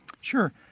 Sure